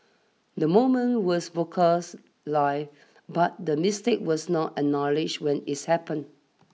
the moment was broadcast live but the mistake was not acknowledged when is happened